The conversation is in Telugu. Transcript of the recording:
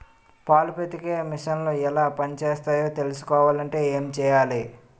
పాలు పితికే మిసన్లు ఎలా పనిచేస్తాయో తెలుసుకోవాలంటే ఏం చెయ్యాలి?